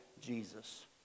Jesus